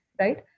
right